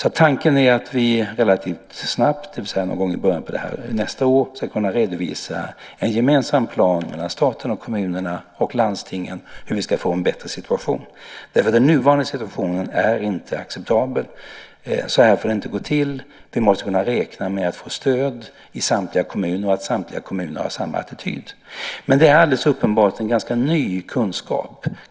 Tanken är att vi relativt snabbt, det vill säga någon gång i början på nästa år, ska kunna redovisa en gemensam plan mellan staten, kommunerna och landstingen för hur vi ska få en bättre situation. Den nuvarande situationen är inte acceptabel. Så här får det inte gå till. Vi måste kunna räkna med att få stöd i samtliga kommuner och att samtliga kommuner har samma attityd. Detta är alldeles uppenbart en ganska ny kunskap.